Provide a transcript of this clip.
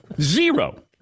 Zero